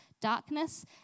darkness